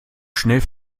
schnell